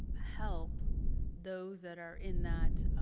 help those that are in that